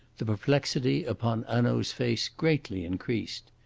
the perplexity upon hanaud's face greatly increased.